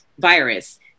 virus